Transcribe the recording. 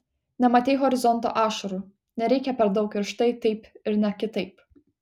nematei horizonto ašarų nereikia per daug ir štai taip ir ne kitaip